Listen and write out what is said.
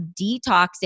detoxing